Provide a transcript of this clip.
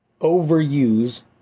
overuse